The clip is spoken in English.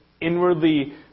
inwardly